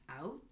out